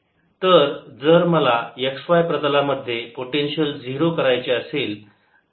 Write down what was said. तर जर मला या x y प्रतलामध्ये पोटेन्शियल 0 करायचे आहे